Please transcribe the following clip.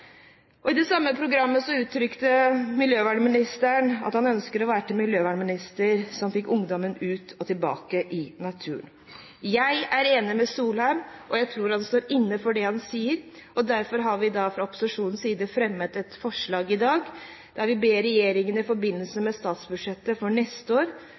I det samme programmet uttrykte miljøvernministeren at han ønsker å være en miljøvernminister som får ungdommen ut og tilbake i naturen. Jeg er enig med Solheim, og jeg tror han står inne for det han sier. Derfor har vi fra opposisjonens side i dag fremmet et forslag der vi ber regjeringen i forbindelse med statsbudsjettet for neste år